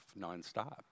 nonstop